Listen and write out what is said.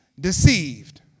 deceived